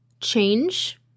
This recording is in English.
change